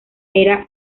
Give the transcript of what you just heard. era